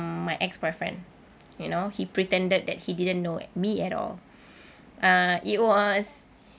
my ex-boyfriend you know he pretended that he didn't know me at all uh it was